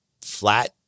flat